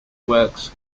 works